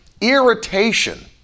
irritation